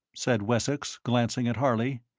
said wessex, glancing at harley.